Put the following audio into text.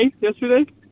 yesterday